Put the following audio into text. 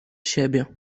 siebie